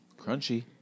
Crunchy